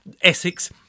Essex